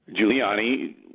Giuliani